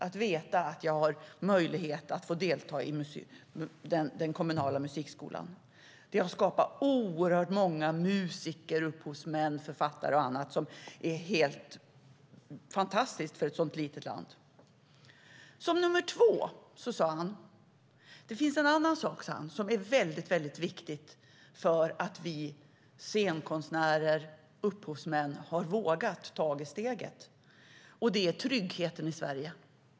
Att veta att man har möjlighet att delta i den kommunala musikskolan har skapat oerhört många musiker, upphovsmän, författare och annat, vilket är helt fantastiskt för ett så litet land som Sverige. Det andra han ansåg var viktigt för att scenkonstnärer och upphovsmän vågat ta steget var tryggheten i Sverige.